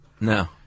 No